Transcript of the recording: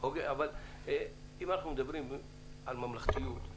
אם אנחנו מדברים על ממלכתיות,